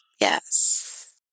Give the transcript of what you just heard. yes